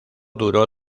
duró